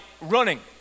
running